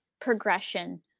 progression